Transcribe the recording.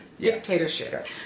dictatorship